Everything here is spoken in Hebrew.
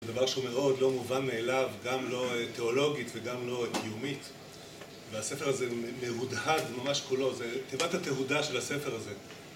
זה דבר שהוא מאוד לא מובן מאליו, גם לא תיאולוגית וגם לא קיומית והספר הזה מהודהד ממש כולו, זה תיבת התהודה של הספר הזה